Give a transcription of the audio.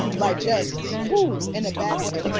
like, just. whoo. in a bad way.